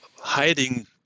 hiding